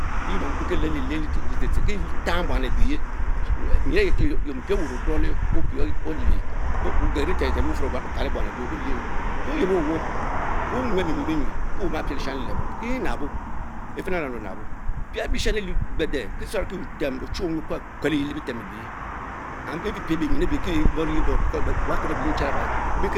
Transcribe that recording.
Orie le bufurr olich wnrang wurang obne olie lie ebuch, beriki nongpie be tung wurang etshong etonong, otema waramp, Otsue neuve enyam, arel nikwe areyle galkis likelve ehh bekuoch Chi nfenu, nofenn ang agakemi nab rifana the be lichie ette eye be